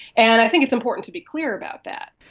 and i think it's important to be clear about that.